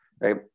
right